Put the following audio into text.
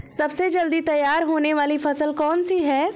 सबसे जल्दी तैयार होने वाली फसल कौन सी है?